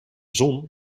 zon